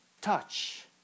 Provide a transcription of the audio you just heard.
touch